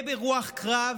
מלא ברוח קרב